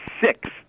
six